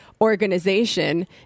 organization